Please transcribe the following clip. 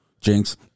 Jinx